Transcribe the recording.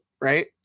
right